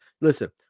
listen